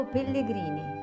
Pellegrini